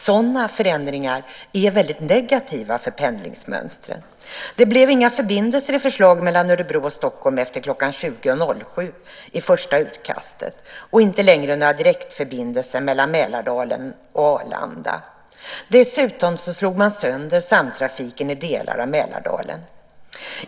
Sådana förändringar är väldigt negativa för pendlingsmönstret. Det blev i första utkastet till förslag inga förbindelser mellan Örebro och Stockholm efter kl. 20.07 och inte längre några direktförbindelser mellan Mälardalen och Arlanda. Dessutom slog man sönder samtrafiken i delar av Mälardalen.